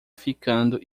ficando